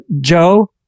joe